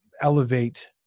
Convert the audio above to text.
elevate